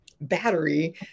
battery